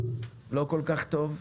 לא כל כך טוב.